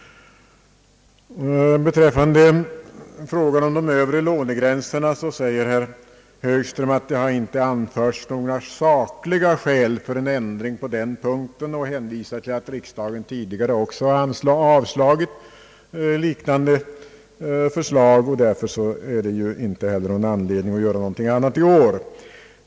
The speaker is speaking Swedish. Beträffande frågan om de övre lånegränserna säger herr Högström att det inte har anförts några sakliga skäl för en ändring. Han hänvisade till att riksdagen också tidigare har avslagit liknande förslag och att det därför inte heller nu fanns anledning att göra någonting annat.